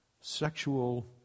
sexual